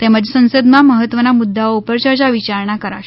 તેમજ સંસદમાં મહત્વના મુદ્દાઓ ઉપર ચર્ચા વિચારણા કરાશે